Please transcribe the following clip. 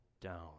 down